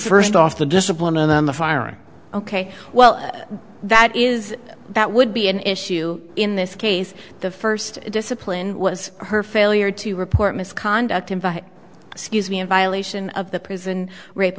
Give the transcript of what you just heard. first off the discipline and then the firing ok well that is that would be an issue in this case the first discipline was her failure to report misconduct invite scuse me in violation of the prison rape